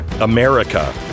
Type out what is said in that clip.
america